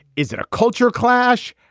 is it a culture clash?